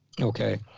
Okay